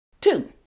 Two